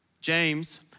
James